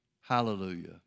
Hallelujah